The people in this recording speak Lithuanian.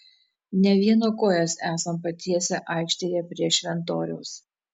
ne vieno kojas esam patiesę aikštėje prie šventoriaus